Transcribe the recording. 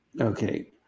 Okay